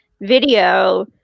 video